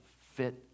fit